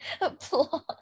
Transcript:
applause